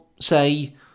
say